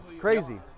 crazy